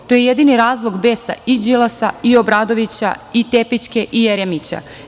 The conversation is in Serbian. To je jedini razlog besa i Đilasa i Obradovića i Tepićke i Jeremića.